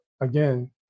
Again